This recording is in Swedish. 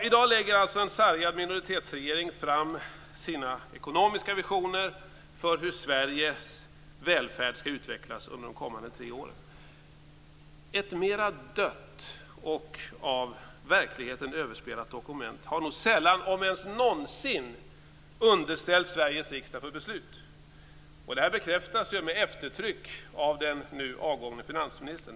I dag lägger alltså en sargad minoritetsregering fram sina ekonomiska visioner för hur Sveriges välfärd skall utvecklas under de kommande tre åren. Ett mer dött och av verkligheten överspelat dokument har nog sällan, om ens någonsin, underställts Sveriges riksdag för beslut. Detta bekräftas med eftertryck av den nu avgångne finansministern.